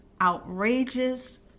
outrageous